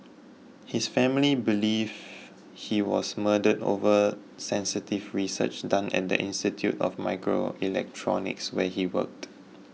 his family believe he was murdered over sensitive research done at the Institute of Microelectronics where he worked